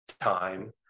time